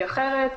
אחרת,